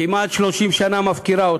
כמעט 30 שנה מפקירה אותך.